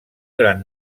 gran